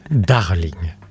darling